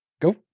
Go